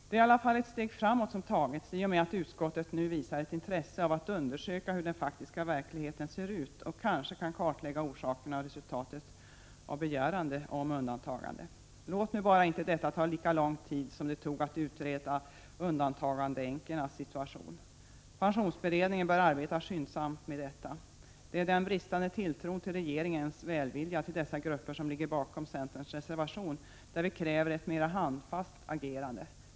Det är i alla fall ett steg framåt som tagits i och med att utskottet nu visar ett intresse av att undersöka hur den faktiska verkligheten ser ut och kanske kartlägga orsakerna till och resultatet av begäran om undantagande. Låt nu bara inte detta ta lika lång tid som det tog att utreda undantagandeänkornas situation. Pensionsberedningen bör arbeta skyndsamt med detta. Det är den bristande tilltron till regeringens välvilja till dessa grupper som ligger bakom centerns reservation, där vi kräver ett mera handfast agerande.